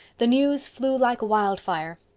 the news flew like wildfire.